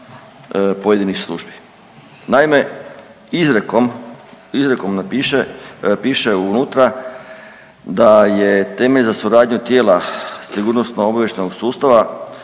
pojedinih službi. Naime, izrijekom, izrekom ne piše, piše unutra da je temelj za suradnju tijela sigurnosno-obavještajnog sustava